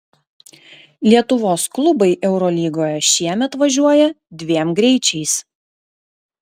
lietuvos klubai eurolygoje šiemet važiuoja dviem greičiais